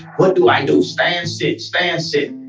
what do i do stand, sit, stand, sit?